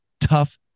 tough